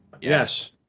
yes